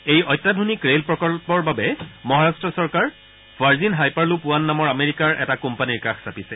এই অত্যাধুনিক ৰেল প্ৰকল্পৰ বাবে মহাৰা্ট চৰকাৰ ভাৰ্জিন হাইপাৰলুপ ৱান নামৰ আমেৰিকাৰ এটা কোম্পানীৰ কাষ চাপিছে